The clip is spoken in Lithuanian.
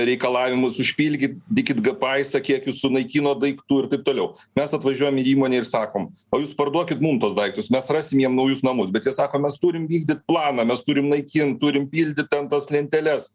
reikalavimus užpilgit dykit gepaisą kiek jūs sunaikinot daiktų ir taip toliau mes atvažiuojam į įmonę ir sakom o jūs parduokit mum tuos daiktus mes rasim jiem naujus namus bet jie sako mes turim vykdyt planą mes turim naikint turim pildyt ten tas lenteles